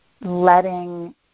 letting